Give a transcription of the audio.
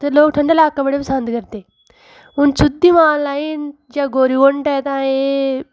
ते लोक ठंडे लाके बड़े पसंद करदे हून सुद्धी माता ऐ जां गौरी कुंड ऐ तां एह्